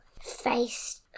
face